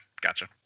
Gotcha